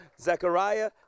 Zechariah